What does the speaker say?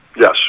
Yes